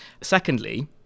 Secondly